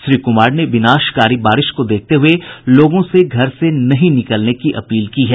श्री कुमार ने विनाशकारी बारिश को देखते हुए लोगों से घर से नहीं निकलने की अपील की है